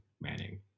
Manning